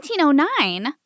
1909